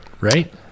right